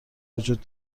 وجود